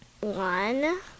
one